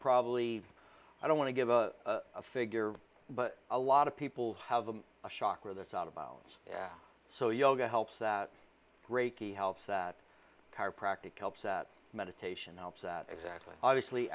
probably i don't want to give a figure but a lot of people have a shocker that's out of bounds so yoga helps that reiki helps that chiropractic helps that meditation helps that exactly obviously